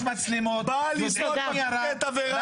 יש מצלמות, יודעים מי ירה.